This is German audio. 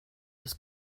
des